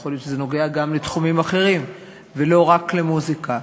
יכול להיות שזה נוגע גם בתחומים אחרים ולא רק במוזיקה.